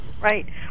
right